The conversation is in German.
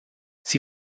sie